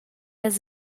has